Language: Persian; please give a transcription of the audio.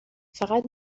فقط